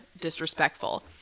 disrespectful